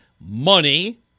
money